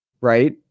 right